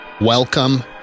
welcome